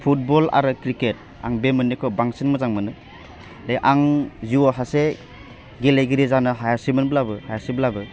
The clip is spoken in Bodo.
फुटबल आरो क्रिकेट आं बे मोन्नैखौ बांसिन मोजां मोनो बे आं जिउवाव सासे गेलेगिरि जानो हायासैमोनब्लाबो हायासैब्लाबो